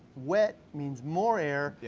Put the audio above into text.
wet means more air, yeah